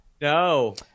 No